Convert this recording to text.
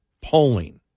polling